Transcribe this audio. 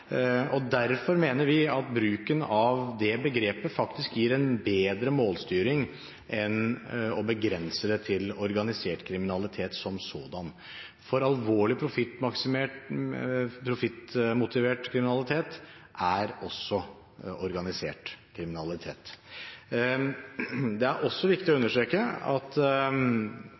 Derfor mener vi at bruken av det begrepet faktisk gir en bedre målstyring enn å begrense det til organisert kriminalitet som sådan, for alvorlig, profittmotivert kriminalitet er også organisert kriminalitet. Det er også viktig å understreke at